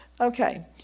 okay